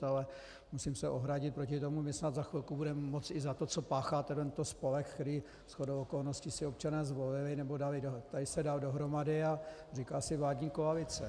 Ale musím se ohradit proti tomu my snad za chvilku budeme moci i za to, co páchá tento spolek, který shodou okolností si občané zvolili, nebo tady se dal dohromady, a říká si vládní koalice.